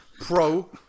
Pro